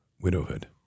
Widowhood